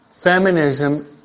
feminism